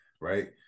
right